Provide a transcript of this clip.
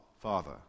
Father